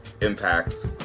impact